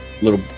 little